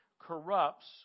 corrupts